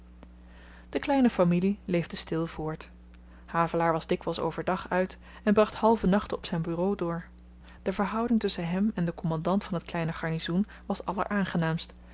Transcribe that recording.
de kleine familie leefde stil voort havelaar was dikwyls over dag uit en bracht halve nachten op zyn bureau door de verhouding tusschen hem en den kommandant van t kleine garnizoen was alleraangenaamst en